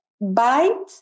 bite